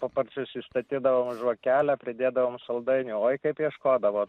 paparčius įstatydavo žvakelę pridėdavom saldainių oi kaip ieškodavo